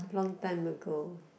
long time ago